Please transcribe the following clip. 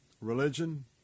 religion